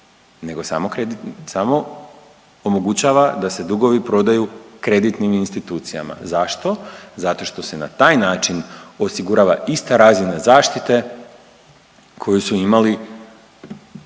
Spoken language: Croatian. samo, samo omogućava da se dugovi prodaju kreditnim institucijama. Zašto? Zato što se na taj način osigurava ista razina zaštite koju su imali